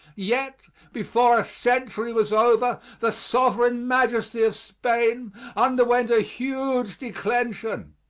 yet before a century was over the sovereign majesty of spain underwent a huge declension,